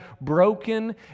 broken